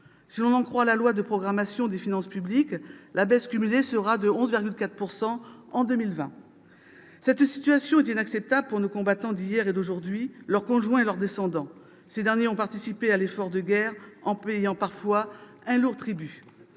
Si l'on en croit la loi de programmation des finances publiques, la baisse cumulée sera de 11,4 % en 2020. Cette situation est inacceptable pour nos combattants d'hier et d'aujourd'hui, leurs conjoints et leurs descendants. Ces soldats ont participé à l'effort de guerre en payant parfois un lourd tribut.